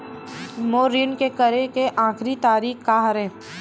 मोर ऋण के करे के आखिरी तारीक का हरे?